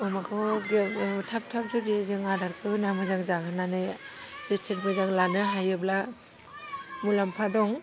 अमाखौ थाब थाब जुदि जों आदारखौ होना मोजां जाहोनानै जोथोन मोजां लानो हायोब्ला मुलाम्फा दं